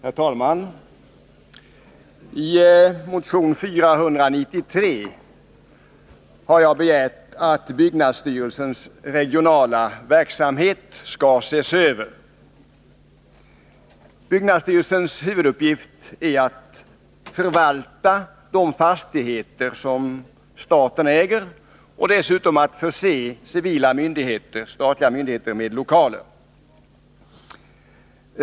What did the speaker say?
Herr talman! I motion 493 har jag begärt att byggnadstyrelsens regionala verksamhet skall ses över. Byggnadsstyrelsens huvuduppgift är att förvalta de fastigheter som staten äger och dessutom förse civila myndigheter med lokaler.